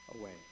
away